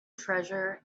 treasure